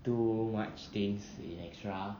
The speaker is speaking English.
too much things in extra